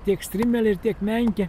tiek strimėlę ir tiek menkę